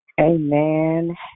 Amen